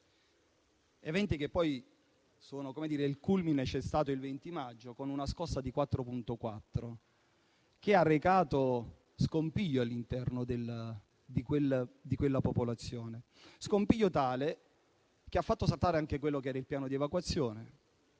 eventi il cui culmine è stato il 20 maggio, con una scossa di 4.4 gradi che ha arrecato scompiglio all'interno di quella popolazione, scompiglio tale da far saltare anche quello che era il piano di evacuazione.